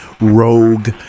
rogue